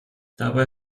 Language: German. dabei